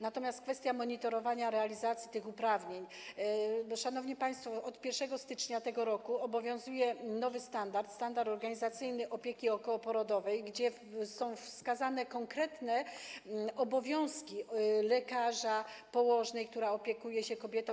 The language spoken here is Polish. Natomiast co do kwestii monitorowania realizacji tych uprawnień to, szanowni państwo, od 1 stycznia tego roku obowiązuje nowy standard organizacyjny opieki okołoporodowej, gdzie są wskazane konkretne obowiązki lekarza, położnej, która opiekuje się kobietą